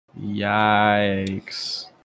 Yikes